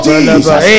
Jesus